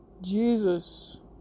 jesus